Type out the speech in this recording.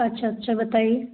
अच्छा अच्छा बताइए